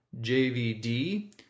jvd